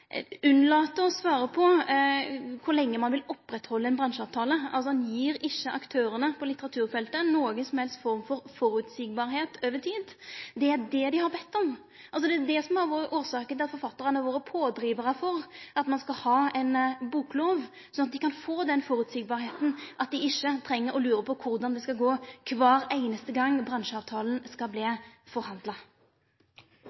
vere å svare på kor lenge ein vil halde ved lag ein bransjeavtale. Altså: Han gjer ikkje noko for at det i det heile tatt skal verte føreseieleg for aktørane på litteraturfeltet over tid. Det er det dei har bedt om. Det er det som har vore årsaka til at forfattarane har vore pådrivarar for at ein skal ha ein boklov – at det kan verte føreseieleg – at dei ikkje treng å lure på korleis det skal gå kvar einaste gong bransjeavtalen skal